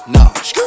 Nah